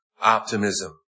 optimism